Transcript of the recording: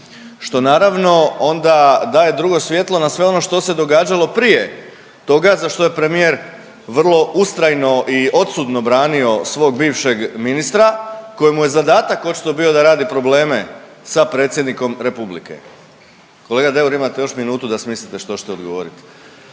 što naravno onda daje drugo svjetlo na sve ono što se događalo prije toga za što je premijer vrlo ustrajno i odsudno branio svog bivšeg ministra kojemu je zadatak očito bio da radi probleme sa Predsjednikom Republike. Kolega Deur imate još minutu da smislite što ćete odgovorit.